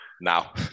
now